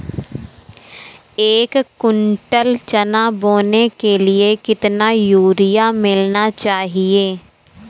एक कुंटल चना बोने के लिए कितना यूरिया मिलाना चाहिये?